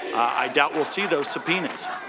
i doubt we'll see those subpoenas.